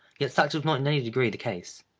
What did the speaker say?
yet such was not in any degree the case.